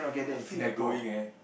I feel like going leh